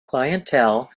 clientele